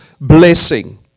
blessing